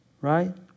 right